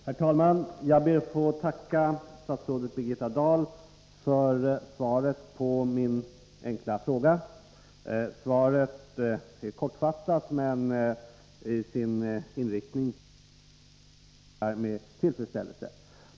Herr talman! Jag ber att få tacka statsrådet Birgitta Dahl för svaret på min fråga. Svaret är kortfattat men till sin inriktning positivt, vilket jag noterar med tillfredsställelse.